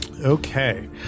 Okay